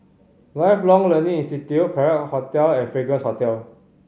Lifelong Learning Institute Perak Hotel and Fragrance Hotel